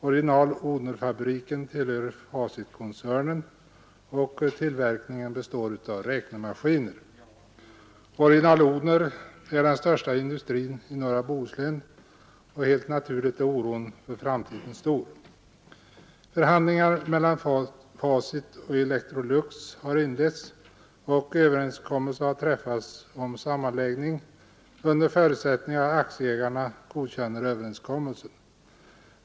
Orginal-Odhnerfabriken tillhör Facitkoncernen och tillverkningen består av räknemaskiner. Original Odhner är den största industrin i norra Bohuslän och helt naturligt är oron för framtiden stor. Förhandlingar mellan Facit och Electrolux har inletts och överenskommelse har träffats om sammanläggning under förutsättning att aktieägarna godkänner överenskommelsen.